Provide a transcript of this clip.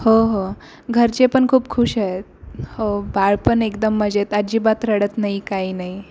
हो हो घरचे पण खूप खुश आहेत हो बाळ पण एकदम मजेत आहेत आजीबात रडत नाही काही नाही